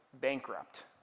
Bankrupt